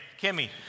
Kimmy